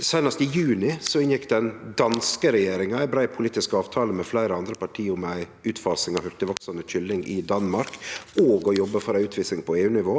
seint som i juni inngjekk den danske regjeringa ei brei politisk avtale med fleire andre parti om ei utfasing av hurtigveksande kylling i Danmark og å jobbe for ei utfasing på EU-nivå.